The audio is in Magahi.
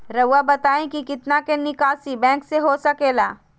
रहुआ बताइं कि कितना के निकासी बैंक से हो सके ला?